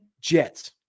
Jets